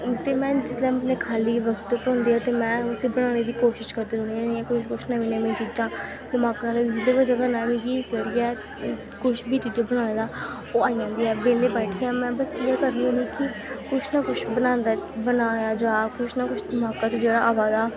ते में जिसलै अपने खाल्ली वक्त पर होंदी आं ते में उस्सी बनाने दी कोशिश करदी रौह्नी आं जियां कुछ नमीं नमीं चीजां दमाका च जेह्का जेह्दे कन्नै मिकी जेह्ड़ी ऐ कुछ बी चीजां बनाने दा ओह् आई जंदियां ऐ बेह्ले बैठियै में बस इयै करनी होन्नी कि कुछ ना कुछ बनाया जा कुछ ना कुछ दमाका च जेह्ड़ा आवा दा